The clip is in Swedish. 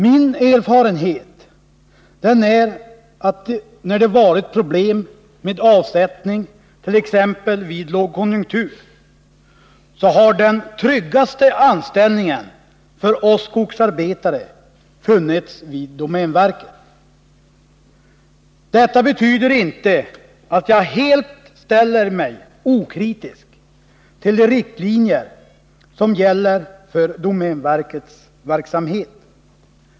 Min erfarenhet är att då det varit problem med avsättning, t.ex. vid lågkonjunktur, har den tryggaste anställningen för oss skogsarbetare funnits vid domänverket. Detta betyder inte att jag ställer mig helt okritisk till de riktlinjer som gäller för domänverkets verksamhet.